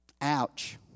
Ouch